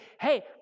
hey